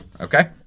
okay